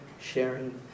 sharing